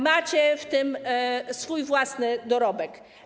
Macie w tym swój własny dorobek.